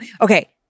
Okay